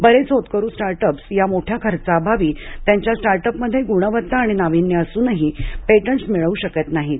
बरेच होतकरु स्टार्टअप्स या मोठ्या खर्चाअभावी त्यांच्या स्टार्टअपमध्ये गुणवत्ता आणि नाविन्य असूनही पेटंटस् मिळवू शकत नाहीत